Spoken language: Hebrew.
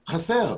חסר.